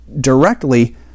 directly